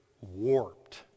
warped